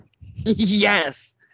yes